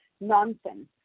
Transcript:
Nonsense